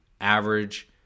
average